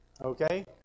Okay